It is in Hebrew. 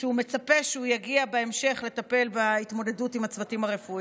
הוא מצפה שהוא יגיע בהמשך לטפל בהתמודדות עם הצוותים הרפואיים.